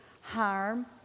harm